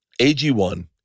AG1